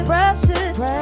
Precious